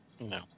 No